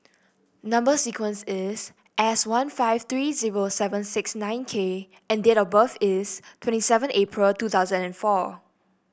number sequence is S one five three zero seven six nine K and date of birth is twenty seven April two thousand and four